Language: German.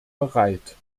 bereit